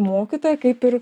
mokytoja kaip ir